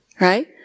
right